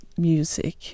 music